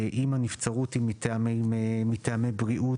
אם הנבצרות היא מטעמי בריאות,